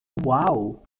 uau